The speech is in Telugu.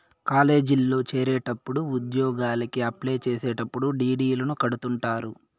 కాలేజీల్లో చేరేటప్పుడు ఉద్యోగలకి అప్లై చేసేటప్పుడు డీ.డీ.లు కడుతుంటారు